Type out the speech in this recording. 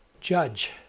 judge